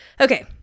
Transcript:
Okay